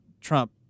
Trump